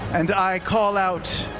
and i call out